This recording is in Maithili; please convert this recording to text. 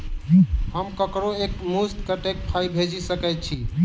हम ककरो एक मुस्त कत्तेक पाई भेजि सकय छी?